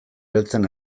beltzen